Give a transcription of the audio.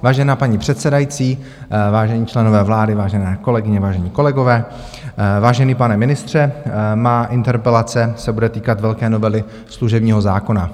Vážená paní předsedající, vážení členové vlády, vážené kolegyně, vážení kolegové, vážený pane ministře, má interpelace se bude týkat velké novely služebního zákona.